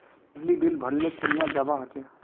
बिजली बिल भरले कुनियाँ जवा होचे?